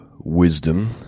wisdom